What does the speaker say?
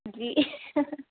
जी